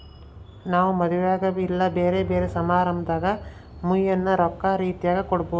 ನಾವು ಮದುವೆಗ ಇಲ್ಲ ಬ್ಯೆರೆ ಬ್ಯೆರೆ ಸಮಾರಂಭದಾಗ ಮುಯ್ಯಿನ ರೊಕ್ಕ ರೀತೆಗ ಕೊಡಬೊದು